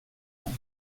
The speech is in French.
onze